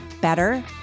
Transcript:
better